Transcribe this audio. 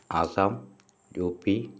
Assam up